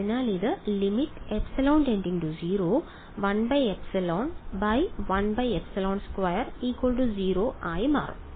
അതിനാൽ ഇത് limε→01ε1ε2 0 ആയി മാറും